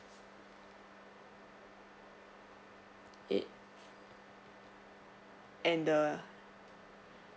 eight and the